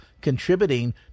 contributing